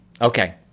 Okay